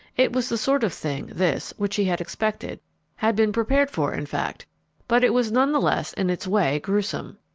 it was the sort of thing, this, which he had expected had been prepared for, in fact but it was none the less, in its way, gruesome.